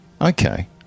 Okay